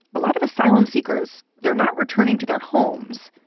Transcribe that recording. a lot of asylum seekers, they're not returning to their homes.